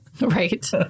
Right